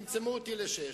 צמצמו אותי לשש.